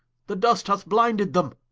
the dust hath blinded them.